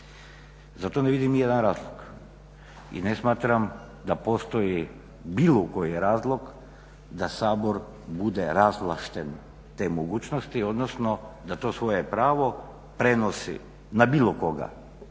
Za to ne vidim nijedan razlog i ne smatram da postoji bilo koji razlog da Sabor bude razvlašten te mogućnosti odnosno da to svoje pravo prenosi na bilo koga,